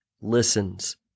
listens